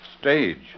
stage